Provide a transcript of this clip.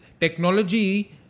Technology